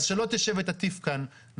אז שלא תשב ותטיף כאן.